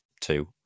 two